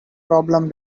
problem